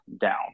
down